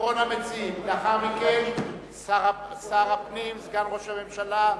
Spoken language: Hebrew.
לאחר מכן שר הפנים, סגן ראש הממשלה,